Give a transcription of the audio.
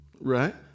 Right